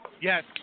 Yes